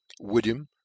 William